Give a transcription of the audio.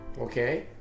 Okay